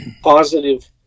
positive